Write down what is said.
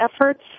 efforts